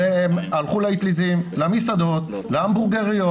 הם הלכו לאטליזים, למסעדות, להמבורגריות.